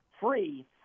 free